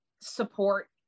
support